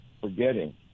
forgetting